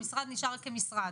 המשרד נשאר כמשרד.